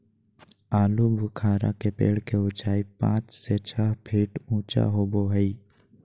आलूबुखारा के पेड़ के उचाई पांच से छह फीट ऊँचा होबो हइ